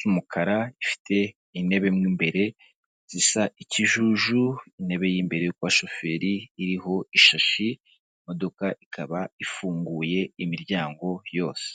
y'umukara, ifite intebe mo mbere zisa ikijuju, intebe y'imbere kwa shoferi iriho ishashi, imodoka ikaba ifunguye imiryango yose.